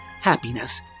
happiness